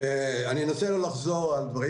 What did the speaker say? אני אנסה לחזור על דברים